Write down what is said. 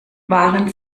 waren